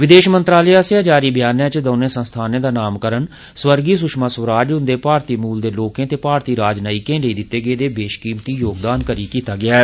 विदेश मंत्रालय आस्सेआ जारी व्यान च दौनें संस्थानें दा नामकरण स्वर्गीय सुषमा स्वराज हुन्दे भारतीय मूल दे लोकें ते भारती राजनयिकें लेई दिते गेदे वेशकीमती योगदान करी कीत्ता गेआ ऐ